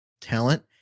talent